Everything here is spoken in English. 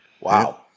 Wow